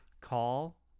call